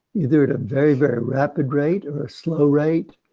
either at a very very rapid rate or a slow rate?